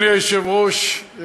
אדוני היושב-ראש,